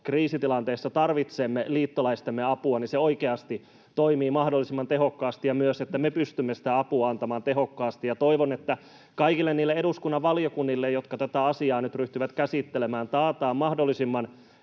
kriisitilanteessa tarvitsemme liittolaistemme apua, se oikeasti toimii mahdollisimman tehokkaasti ja myös me pystymme sitä apua antamaan tehokkaasti. Toivon, että kaikille niille eduskunnan valiokunnille, jotka tätä asiaa nyt ryhtyvät käsittelemään, taataan mahdollisimman